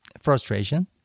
frustration